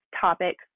topics